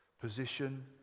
position